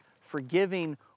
Forgiving